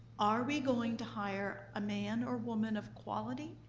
are we going to hire a man or woman of quality,